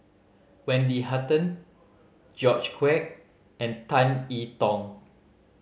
Wendy Hutton George Quek and Tan I Tong